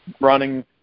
running